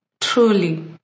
Truly